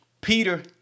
Peter